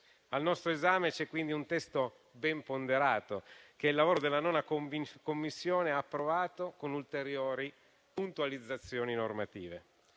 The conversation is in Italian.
Al nostro esame c'è quindi un testo ben ponderato, che il lavoro della 9a Commissione ha approvato con ulteriori puntualizzazioni normative.